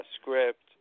script